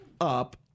up